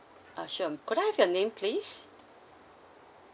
uh sure could I have your name please